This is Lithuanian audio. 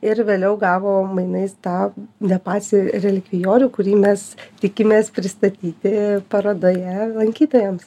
ir vėliau gavo mainais tą de paci relikvijorių kurį mes tikimės pristatyti parodoje lankytojams